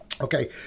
Okay